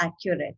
accurate